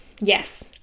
yes